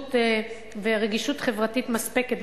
התחשבות ורגישות חברתית מספקת,